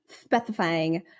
Specifying